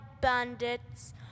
bandits